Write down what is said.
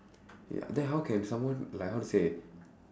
ya then how can someone like how to say